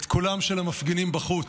את קולם של המפגינים בחוץ.